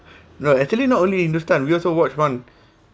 no actually not only hindustan we also watch one